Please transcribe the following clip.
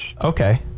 Okay